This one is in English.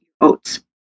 oats